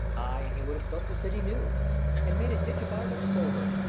ay, he would have built the city new and made a ditch about it of silver,